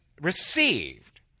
received